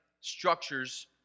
structures